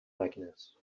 màquines